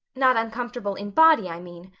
not uncomfortable in body i mean.